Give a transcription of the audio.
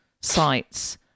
sites